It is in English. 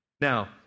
Now